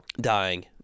dying